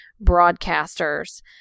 Broadcaster's